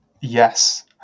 Yes